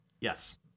Yes